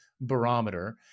barometer